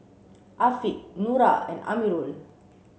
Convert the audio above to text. Afiq Nura and Amirul